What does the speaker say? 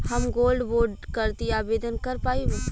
हम gold bond करती आवेदन कर पाईब?